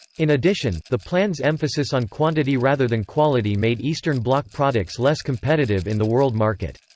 in addition, the plans' emphasis on quantity rather than quality made eastern bloc products less competitive in the world market.